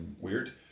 weird